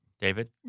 David